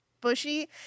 bushy